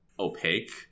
opaque